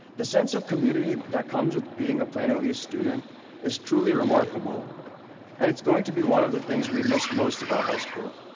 the sense of community that comes with being a plano east student is truly remarkable and it's going to be one of the things we missed most about high school.